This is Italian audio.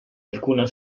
alcuna